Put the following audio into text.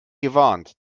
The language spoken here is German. gewarnt